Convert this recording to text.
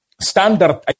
standard